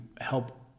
help